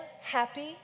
happy